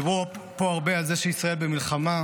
דיברו פה הרבה על זה שישראל במלחמה,